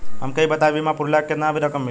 हमके ई बताईं बीमा पुरला के बाद केतना रकम मिली?